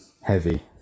heavy